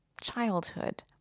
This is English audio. childhood